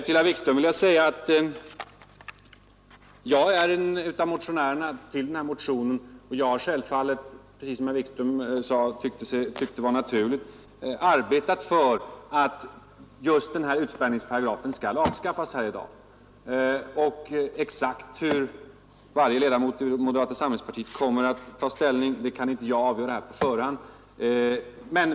Till herr Wikström vill jag säga att jag är en av undertecknarna till denna motion, och jag har precis som herr Wikström sade, att han tyckte var naturligt, arbetat för att utspärrningsparagrafen skall avskaffas här i dag. Exakt hur varje ledamot i moderata samlingspartiet kommer att ställa sig kan jag inte avgöra på förhand.